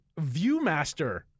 Viewmaster